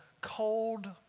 cold